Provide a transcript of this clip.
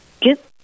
get